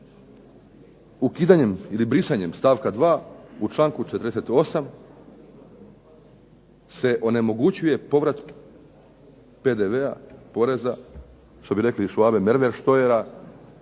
ukidanjem ili brisanjem stavka 2. u članku 48. se onemogućuje povrat PDV-a, poreza, što bi rekli Švabe merverštojera,